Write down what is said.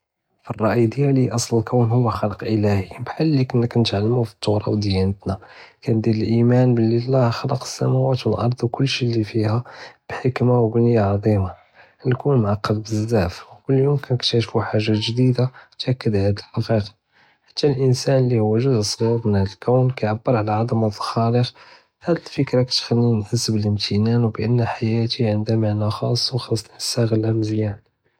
פעלראי דיעלי אסל אלקון הוא ח'לק אלאלהי בחר לי כנא נתעלמו פטראת דיעלנא כנדיר אלאימאן בלי אללה ח'לק אלסמואט ואלארד ו כל שי לי פיها בחכמה ו בנייה עז'ימה, אלקון מעקד בזאף כל יום כנקתהפו חאגה ג'דידה, מתאכיד הדי אלחיקיקה חתי אלאנסן אי הוא גוזء צ'ג'יר מן הדא אלקון כיעבר על עזמת אלח'אלק פהד אלפקרה כתחליני נהס בלי אלאמטן ובאן חייאתי ענדהא מענא חאס ו חאס נסתעלוה מיזיאן.